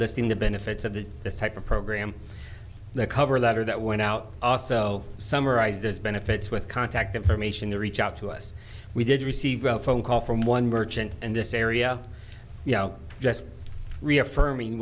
listing the benefits of that this type of program the cover letter that went out also summarized those benefits with contact information to reach out to us we did receive a phone call from one merchant and this area yeah just reaffirming